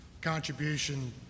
contribution